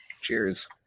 cheers